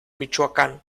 michoacán